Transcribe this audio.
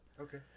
Okay